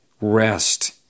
rest